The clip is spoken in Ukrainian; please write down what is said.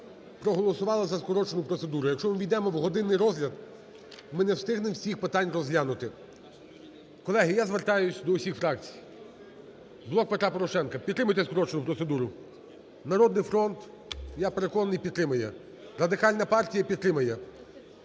проголосували за скорочену процедуру. Якщо ми увійдемо в годинний розгляд, ми не встигнемо всіх питань розглянути. Колеги, я звертаюсь до усіх фракцій. "Блок Петра Порошенка", підтримайте скорочену процедуру. "Народний фронт", я переконаний, підтримає. Радикальна партія підтримає.